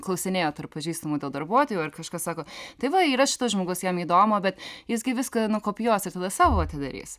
klausinėju tarp pažįstamų dėl darbuotojų ir kažkas sako tai va yra šitas žmogus jam įdomu bet jis gi viską nukopijuos ir tada savo atidarys